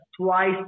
twice